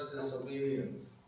disobedience